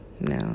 No